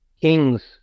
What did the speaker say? kings